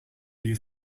you